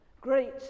Great